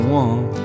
one